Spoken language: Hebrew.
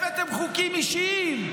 הבאתם חוקים אישיים,